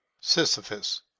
Sisyphus